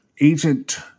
Agent